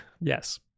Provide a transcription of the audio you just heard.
Yes